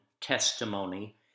testimony